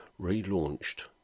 relaunched